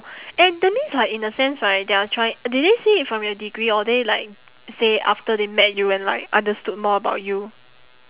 and that means like in a sense right they're try~ did they see it from your degree or they like say after they met you and like understood more about you